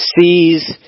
sees